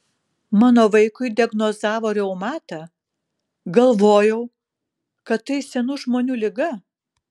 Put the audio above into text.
mano vaikui diagnozavo reumatą galvojau kad tai senų žmonių liga